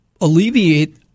alleviate